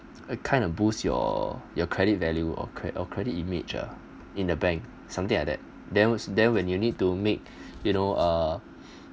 a kind of boost your your credit value or cre~ or credit image in the bank something like that then then when you need to make you know uh